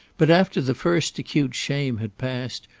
but after the first acute shame had passed,